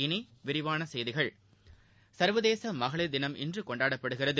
இனி விரிவான செய்திகள் சர்வதேச மகளிர் தினம் இன்று கொண்டாடப்படுகிறது